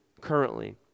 currently